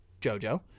JoJo